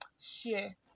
Share